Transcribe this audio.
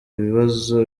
ibibazo